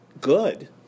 good